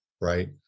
right